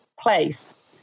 place